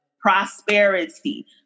Prosperity